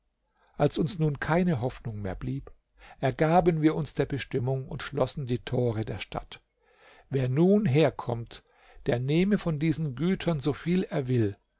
als uns nun keine hoffnung mehr blieb ergaben wir uns der bestimmung und schlossen die tore der stadt wer nun herkommt der nehme von diesen gütern so viel er will